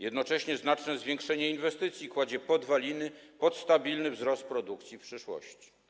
Jednocześnie znaczne zwiększenie inwestycji kładzie podwaliny pod stabilny wzrost produkcji w przyszłości.